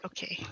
Okay